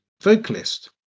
vocalist